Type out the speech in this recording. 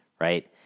Right